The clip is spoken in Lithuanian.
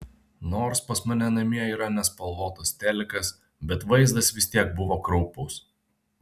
nors pas mane namie yra nespalvotas telikas bet vaizdas vis tiek buvo kraupus